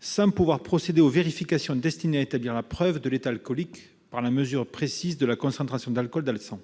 sans pouvoir procéder aux vérifications destinées à établir la preuve de l'état alcoolique par la mesure précise de la concentration d'alcool dans le sang.